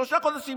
שלושה חודשים,